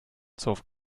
zoff